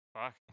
Fuck